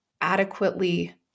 adequately